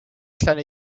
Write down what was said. kleiner